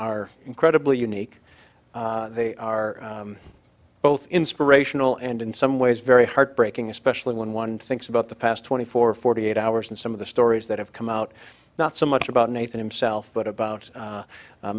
are incredibly unique they are both inspirational and in some ways very heartbreaking especially when one thinks about the past twenty four forty eight hours and some of the stories that have come out not so much about nathan himself but about